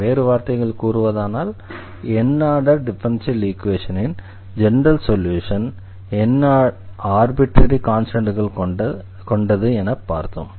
வேறு வார்த்தைகளில் கூறுவதானால் n ஆர்டர் டிஃபரன்ஷியல் ஈக்வேஷனின் ஜெனரல் சொல்யூஷன் n ஆர்பிட்ரரி கான்ஸ்டண்ட்கள் கொண்டது என பார்த்தோம்